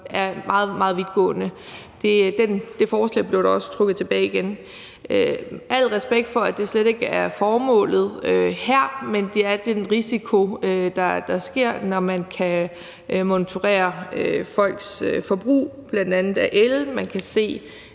meget vidtgående. Det forslag blev dog også trukket tilbage igen. Jeg har al respekt for, at det slet ikke er formålet her, men der er altid en risiko, når man kan monitorere folks forbrug af bl.a. el. Man kan se,